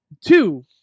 Two